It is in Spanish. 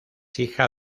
hija